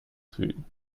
fühlen